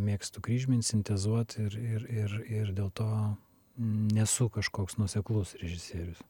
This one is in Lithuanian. mėgstu kryžmint sintezuot ir ir ir ir dėl to nesu kažkoks nuoseklus režisierius